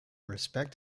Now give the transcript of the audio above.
respect